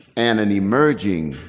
and an emerging